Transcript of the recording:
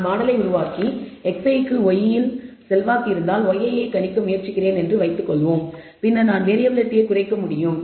நான் மாடலை உருவாக்கி xi க்கு y இல் செல்வாக்கு இருந்தால் yi யைக் கணிக்க முயற்சிக்கிறேன் என்று வைத்துக்கொள்வோம் பின்னர் நான் வேறியபிலிட்டியை குறைக்க முடியும்